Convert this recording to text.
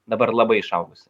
dabar labai išaugusi